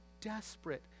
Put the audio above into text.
desperate